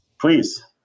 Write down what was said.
Please